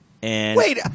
Wait